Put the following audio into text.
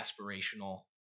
aspirational